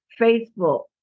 Facebook